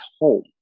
home